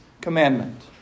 commandment